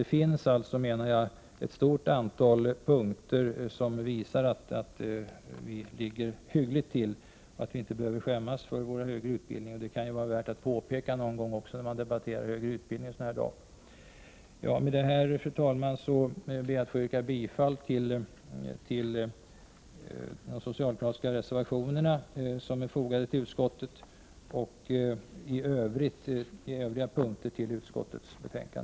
Det finns alltså ett stort antal punkter som visar att vi ligger hyggligt till och att vi inte behöver skämmas för våra högre utbildningar. Det kan vara värt att påpeka någon gång när man debatterar högre utbildning. Med detta, fru talman, ber jag att få yrka bifall till de socialdemokratiska reservationer som är fogade till utskottets betänkande och på övriga punkter till utskottets hemställan.